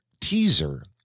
teaser